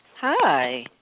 Hi